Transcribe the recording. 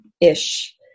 ish